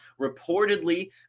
reportedly